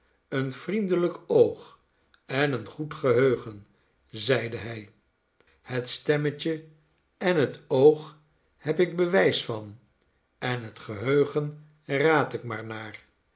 een vriendelijk oog en een goed geheugen zeide hij het stemmetje en het oog heb ik bewijs van en het geheugen raad ik maar naar